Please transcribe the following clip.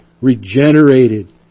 regenerated